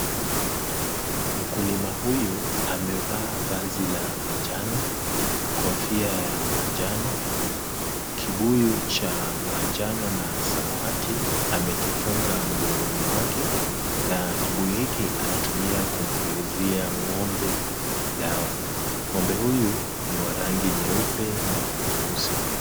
Mkulima huyu amevaa vazi la manjano, kofia ya manjano, kibuyu cha manjano na samawati amekifunga mgongoni mwake na kibuyu hiki anatumia kumpulizia ng'ombe dawa. Ng'ombe huyu ni wa rangi nyeupe na nyeusi.